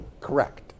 Correct